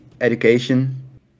Education